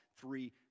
three